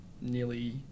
nearly